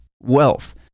wealth